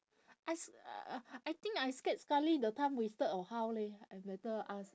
I s~ uh I think I scared sekali the time wasted or how leh I better ask